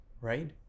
right